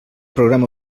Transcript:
programa